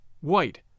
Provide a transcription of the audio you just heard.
white